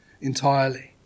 entirely